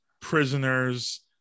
prisoners